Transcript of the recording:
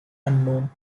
unknown